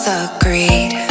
agreed